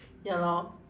ya lor